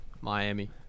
Miami